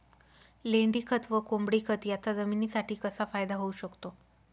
लेंडीखत व कोंबडीखत याचा जमिनीसाठी कसा फायदा होऊ शकतो?